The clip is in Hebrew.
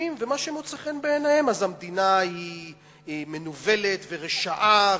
לוקחים ומה שלא מוצא חן בעיניהם המדינה מנוולת ורשעה